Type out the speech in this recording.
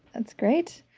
that's great.